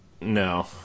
No